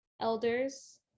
elders